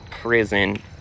prison